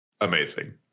amazing